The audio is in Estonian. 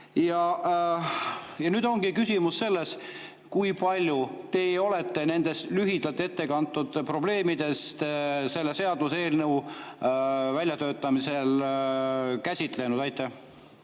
Ja nüüd ongi küsimus selles, kui palju te olete neid lühidalt ette kantud probleeme selle seaduseelnõu väljatöötamisel käsitlenud. Aitäh!